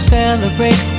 celebrate